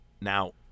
Now